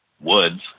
woods